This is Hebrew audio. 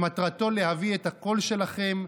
שמטרתו להביא את הקול שלכם,